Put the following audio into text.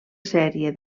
sèrie